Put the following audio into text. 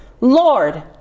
Lord